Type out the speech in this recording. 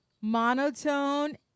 monotone